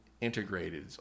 integrated